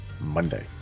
Monday